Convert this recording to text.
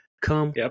Come